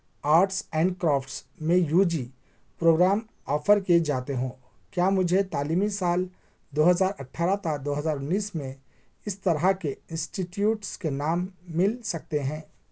arts and crafts میں U G programme offer کیے جاتے ہوں کیا مجھے تعلیمی سال دو ہزار اٹھارہ تا دو ہزار اُنیس میں اِس طرح کے انسٹیٹیوٹس کے نام مِل سکتے ہیں